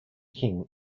king